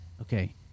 Okay